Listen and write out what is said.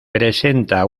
presenta